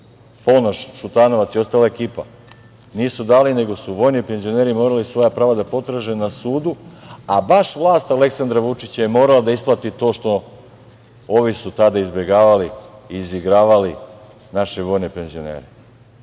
Ponoš, Šutanovac i ostala ekipa, nisu dali, nego su vojni penzioneri svoja prava da potraže na sudu, a baš vlast Aleksandra Vučića je morala da isplati to što su ovi tada izbegavali, izigravali naše vojne penzinere.